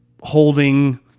holding